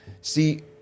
See